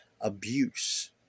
abuse